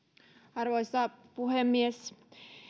arvoisa puhemies